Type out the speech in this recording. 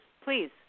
please